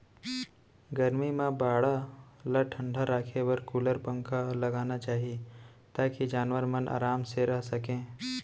गरमी म बाड़ा ल ठंडा राखे बर कूलर, पंखा लगाना चाही ताकि जानवर मन आराम से रह सकें